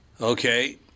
Okay